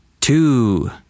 Two